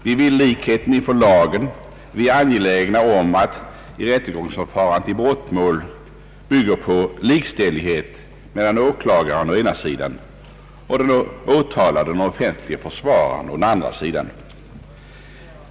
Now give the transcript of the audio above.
Vi vill likheten inför lagen, vi är angelägna om att rättegångsförfarandet i brottmål skall bygga på likställighet mellan åklagaren å ena och den åtalade och den offentlige försvararen å andra sidan.